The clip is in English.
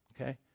Okay